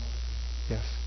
yes